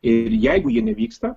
ir jeigu jie nevyksta